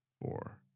four